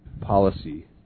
policy